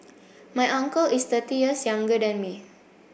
my uncle is thirty years younger than me